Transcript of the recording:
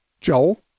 Joel